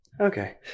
Okay